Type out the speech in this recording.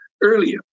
earlier